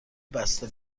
بسته